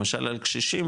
למשל קשישים,